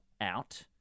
out